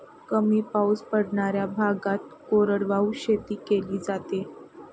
कमी पाऊस पडणाऱ्या भागात कोरडवाहू शेती केली जाते